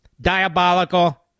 diabolical